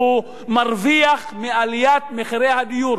הוא מרוויח מעליית מחירי הדיור.